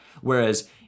Whereas